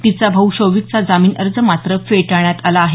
तिचा भाऊ शौविकचा जामीन अर्ज मात्र फेटाळण्यात आला आहे